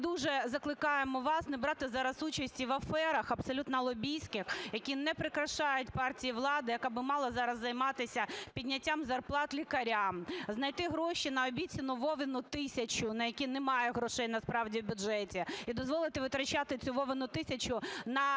ми дуже закликаємо вас не брати зараз участі в аферах абсолютно лобістських, які не прикрашають партію влади, яка би мала зараз займатися підняттям зарплат лікарям, знайти гроші на обіцяну "Вовину тисячу", на які немає грошей, насправді, в бюджеті, і дозволити витрачати цю "Вовину тисячу" на ліки